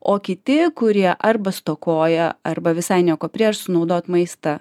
o kiti kurie arba stokoja arba visai nieko prieš sunaudot maistą